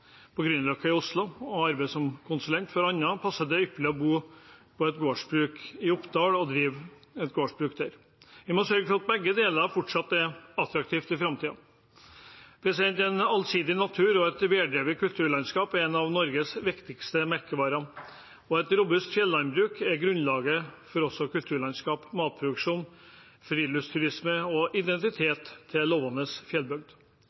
på Grünerløkka i Oslo og arbeide som konsulent, for andre passer det ypperlig å bo på et gårdsbruk i Oppdal og drive gårdsbruk der. Vi må sørge for at begge deler fortsatt er attraktivt i framtiden. En allsidig natur og et veldrevet kulturlandskap er en av Norges viktigste merkevarer. Et robust fjellandbruk er også grunnlaget for kulturlandskap, matproduksjon, friluftsturisme og identiteten til en levende fjellbygd.